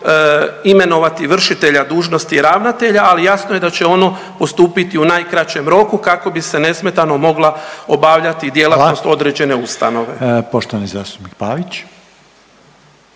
imenovati vršitelja dužnosti ravnatelja, ali jasno je da će ono postupiti u najkraćem roku kako bi se nesmetano mogla obavljati djelatnost određene ustanove.